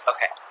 Okay